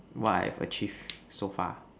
what I've achieved so far